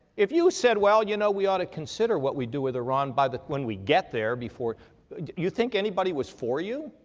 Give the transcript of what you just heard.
if you said, well, you know, we ought to consider what we do with iran by the, when we get there before, do you think anybody was for you?